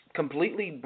completely